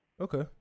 Okay